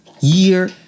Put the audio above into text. year